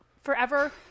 Forever